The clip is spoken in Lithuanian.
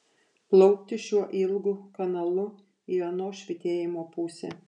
plaukti šiuo ilgu kanalu į ano švytėjimo pusę